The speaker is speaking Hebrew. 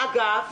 אגב,